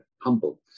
humble